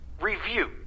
review